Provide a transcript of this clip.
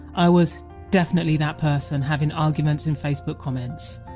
i was definitely that person having arguments in facebook comments.